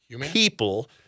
people